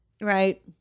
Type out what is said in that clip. right